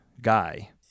guy